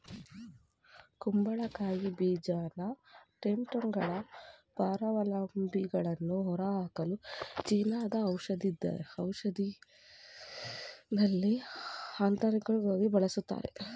ಕುಂಬಳಕಾಯಿ ಬೀಜನ ಟೇಪ್ವರ್ಮ್ಗಳ ಪರಾವಲಂಬಿಗಳನ್ನು ಹೊರಹಾಕಲು ಚೀನಾದ ಔಷಧದಲ್ಲಿ ಆಂಥೆಲ್ಮಿಂಟಿಕಾಗಿ ಬಳಸ್ತಾರೆ